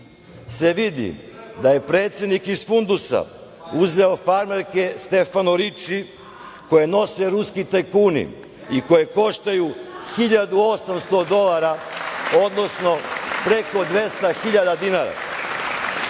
se vidi da je predsednik iz fundusa uzeo farmerke „Stefano Riči“ koje nose ruski tajkuni i koje koštaju 1.800 dolara, odnosno preko 200.000 dinara.